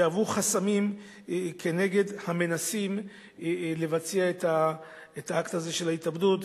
להוות חסמים כנגד המנסים לבצע את האקט הזה של ההתאבדות,